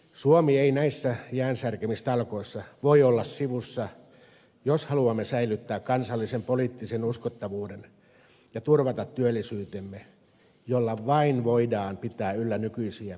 suomi ei näissä jäänsärkemistalkoissa voi olla sivussa jos haluamme säilyttää kansallisen poliittisen uskottavuuden ja turvata työllisyytemme jolla vain voidaan pitää yllä nykyisiä hyvinvointipalveluja